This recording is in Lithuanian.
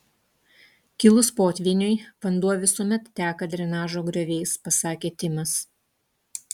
kilus potvyniui vanduo visuomet teka drenažo grioviais pasakė timas